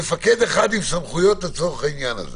האם יש מפקד אחד עם סמכויות לצורך העניין?